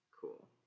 Cool